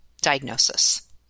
diagnosis